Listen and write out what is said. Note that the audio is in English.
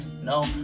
no